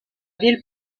ville